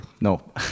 no